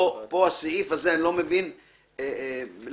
ופה אני לא רואה את זה בתקנות.